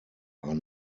are